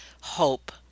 hope